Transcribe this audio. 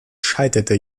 scheiterte